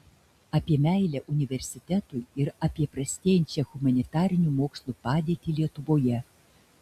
apie meilę universitetui ir apie prastėjančią humanitarinių mokslų padėtį lietuvoje